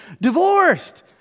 divorced